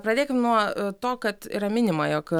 pradėkim nuo to kad yra minima jog